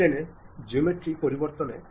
ചില സമയങ്ങളിൽ അത് അതിക്രമിച്ചെന്നിരിക്കും